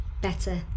better